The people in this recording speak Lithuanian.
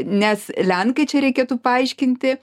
nes lenkai čia reikėtų paaiškinti